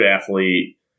athlete